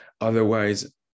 otherwise